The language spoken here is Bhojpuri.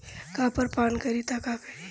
कॉपर पान करी त का करी?